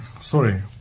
Sorry